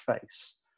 face